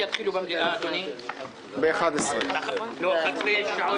הישיבה ננעלה בשעה